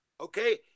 Okay